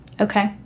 Okay